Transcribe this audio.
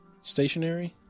Stationary